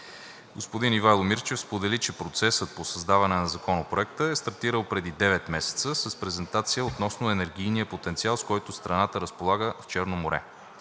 Господин Ивайло Мирчев сподели, че процесът по създаване на Законопроекта е стартирал преди девет месеца с презентация относно енергийния потенциал, с който страната разполага в Черно море.